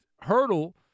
hurdle